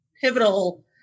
pivotal